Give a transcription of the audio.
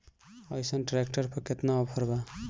अइसन ट्रैक्टर पर केतना ऑफर बा?